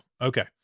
Okay